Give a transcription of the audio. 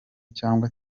cyangwa